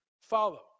follow